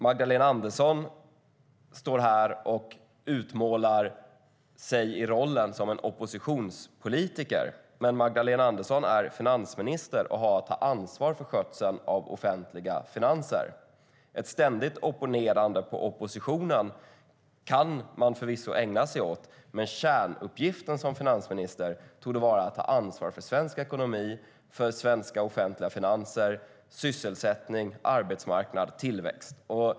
Magdalena Andersson står här och försöker inta rollen som oppositionspolitiker. Men Magdalena Andersson är finansminister och har att ta ansvar för skötseln av offentliga finanser. Ett ständigt opponerande mot oppositionen kan man förvisso ägna sig åt, men kärnuppgiften som finansminister torde vara att ta ansvar för svensk ekonomi, svenska offentliga finanser, sysselsättning, arbetsmarknad och tillväxt.